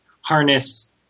harness